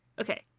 Okay